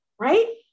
right